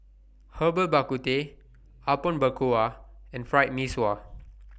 Herbal Bak Ku Teh Apom Berkuah and Fried Mee Sua